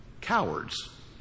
Cowards